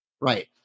Right